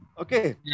okay